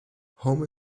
home